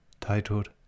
titled